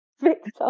Victor